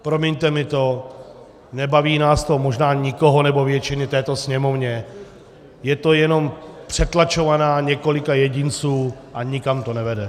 Promiňte mi to, nebaví nás to možná nikoho, nebo většinu v této sněmovně, je to jenom přetlačovaná několika jedinců a nikam to nevede.